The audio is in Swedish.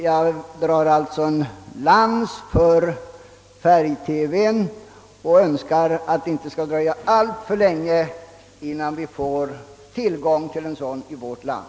Jag drar alltså en lans för färg-TV och önskar att det inte skall dröja alltför länge innan vi får en sådan i vårt land.